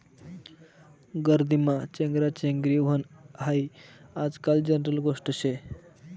गर्दीमा चेंगराचेंगरी व्हनं हायी आजकाल जनरल गोष्ट शे